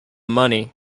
money